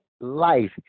life